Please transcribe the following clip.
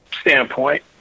standpoint